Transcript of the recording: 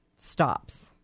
stops